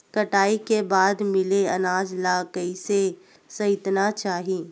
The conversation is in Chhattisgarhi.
कटाई के बाद मिले अनाज ला कइसे संइतना चाही?